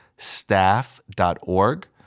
staff.org